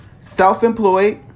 self-employed